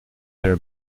air